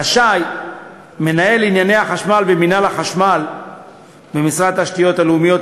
רשאי מנהל ענייני החשמל במינהל החשמל במשרד התשתיות הלאומיות,